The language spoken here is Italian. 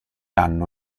hanno